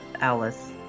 alice